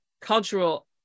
cultural